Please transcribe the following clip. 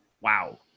Wow